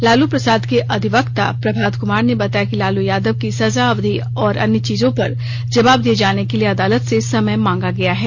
लालू प्रसाद के अधिवक्ता प्रभात कुमार ने बताया कि लालू यादव की सजा अवधी और अन्य चीजों पर जवाबें दिए जाने के लिए अदालत से समय मांगा गया है